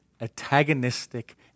antagonistic